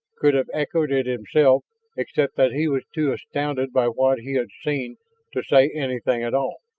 could have echoed it himself except that he was too astounded by what he had seen to say anything at all.